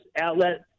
outlet